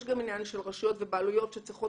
יש גם עניין של רשויות ובעלויות שצריכות